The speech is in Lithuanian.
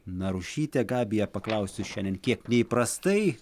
narušytė gabija paklausiu šiandien kiek neįprastai